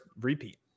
repeat